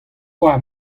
war